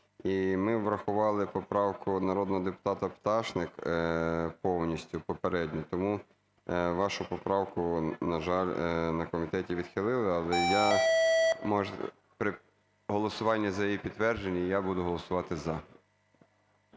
ми врахували поправку народного депутата Пташник повністю попереднє, тому вашу поправку, на жаль, на комітеті відхилили. Але я… при голосуванні за її підтвердження я буду голосувати "за".